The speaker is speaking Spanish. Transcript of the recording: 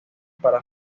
para